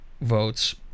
votes